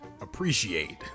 appreciate